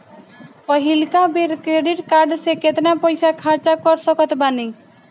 पहिलका बेर credit card से केतना पईसा खर्चा कर सकत बानी?